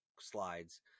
slides